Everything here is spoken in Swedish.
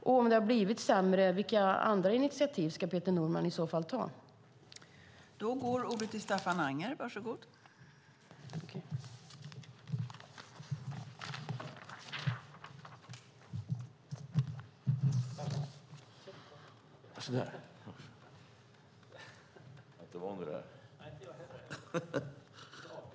Om det har blivit sämre undrar jag vilka andra initiativ som Peter Norman i så fall ska ta.